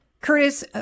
Curtis